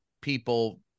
people